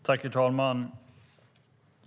Herr talman!